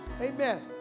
Amen